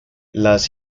las